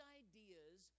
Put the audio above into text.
ideas